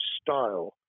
style